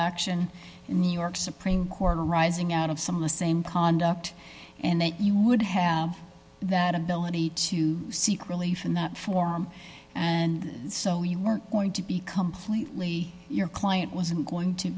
action in new york supreme court arising out of some of the same conduct and that you would have that ability to seek relief in that form and so you were going to be completely your client wasn't going to